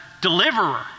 deliverer